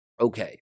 Okay